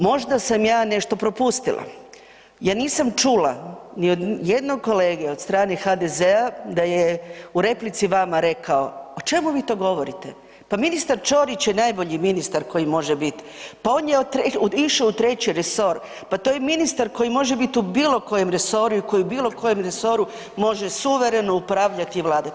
Možda sam ja nešto propustila jer nisam čula ni od jednog kolege od strane HDZ-a da je u replici vama rekao o čemu vi to govorite, pa ministar Ćorić je najbolji ministar koji može biti, pa on je išao u treći resor, pa to je ministar koji može biti u bilo kojem resoru i koji u bilo kojem resoru može suvereno upravljati i vladati.